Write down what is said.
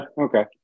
okay